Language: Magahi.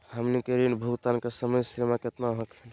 हमनी के ऋण भुगतान के समय सीमा केतना हखिन?